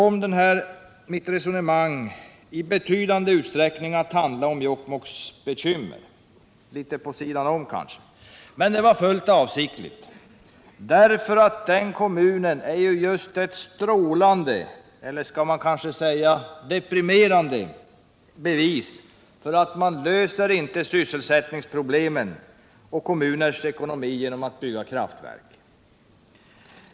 Mitt resonemang kom i betydande utsträckning att handla om Jokkmokks kommuns bekymmer. Men det var fullt avsiktligt, därför att den kommunen är ett strålande, eller skall man säga deprimerande, bevis på att man inte löser sysselsättningsproblem eller förbättrar kommuners ekonomi genom att bygga kraftverk.